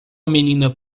menina